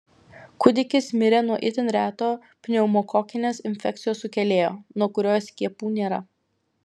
kūdikis mirė nuo itin reto pneumokokinės infekcijos sukėlėjo nuo kurio skiepų nėra